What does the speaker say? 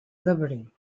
liberty